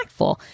impactful